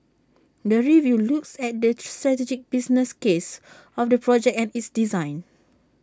the review looks at the strategic business case of the project and its design